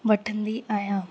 वठंदी आहियां